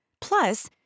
Plus